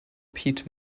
peat